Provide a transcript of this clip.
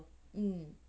mm